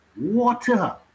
water